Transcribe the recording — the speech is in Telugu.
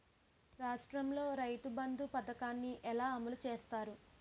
రాష్ట్రంలో రైతుబంధు పథకాన్ని ఎలా అమలు చేస్తారు?